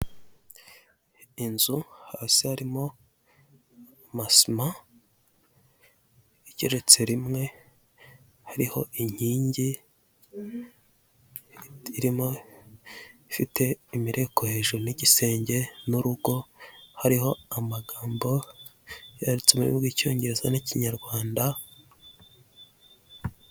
Inzu hasi harimo amasima, igereretse rimwe hariho inkingi irimo ifite imireko hejuru n'igisenge n'urugo, hariho amagambo yanditse mu rurimi rw'icyongereza n'ikinyarwanda.